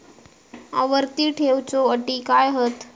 आवर्ती ठेव च्यो अटी काय हत?